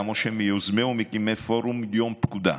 היה משה מיוזמי ומקימי פורום "יום פקודה"